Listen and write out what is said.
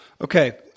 Okay